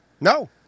No